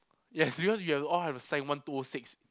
yes because we have all have to sign one two O six